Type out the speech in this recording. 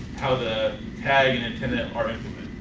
ah the tag and antenna are and